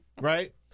right